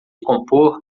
compor